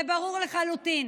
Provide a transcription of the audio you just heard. זה ברור לחלוטין